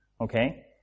Okay